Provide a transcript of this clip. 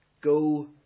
Go